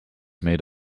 made